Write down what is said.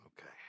Okay